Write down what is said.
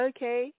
Okay